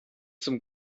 zum